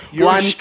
One